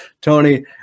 Tony